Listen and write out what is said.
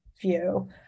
view